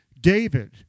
David